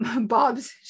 Bob's